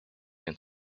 into